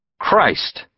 Christ